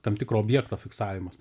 tam tikro objekto fiksavimas